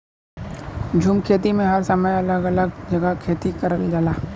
झूम खेती में हर समय अलग अलग जगह खेती करल जाला